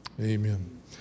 Amen